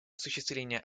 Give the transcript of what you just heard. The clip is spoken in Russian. осуществления